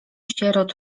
sierot